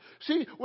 See